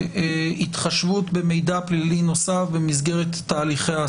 כן מדובר במהלך חברתי מאוד מאוד חשוב, בחוק ערכי.